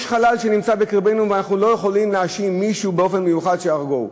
יש חלל שנמצא בקרבנו ואנחנו לא יכולים להאשים מישהו באופן מיוחד שהרגו.